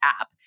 app